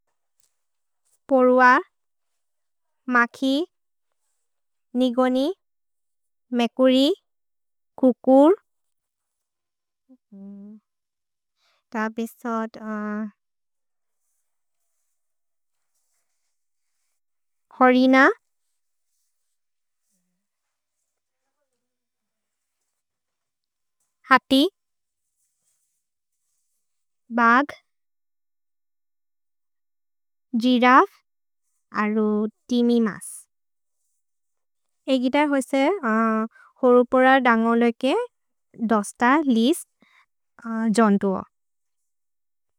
पर्व, मखि, निगोनि, मेकुरि, कुकुर्, हरिन, हति, बग्, जिरफ्, अरु तिमि मस् ए गि त होइछे दस् त जन्तु।